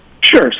Sure